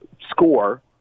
score